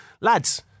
lads